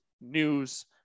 news